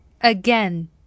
again